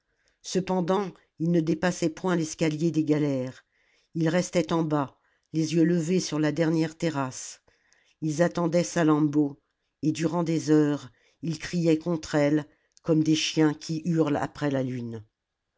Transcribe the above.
cependant ils ne dépassaient point l'escalier des galères ils restaient en bas les yeux levés sur la dernière terrasse ils attendaient salammbô et durant des heures ils criaient contre elle comme des chiens qui hurlent après la lune